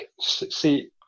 see